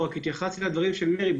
התייחסתי לדברים של מירי.